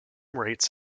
rates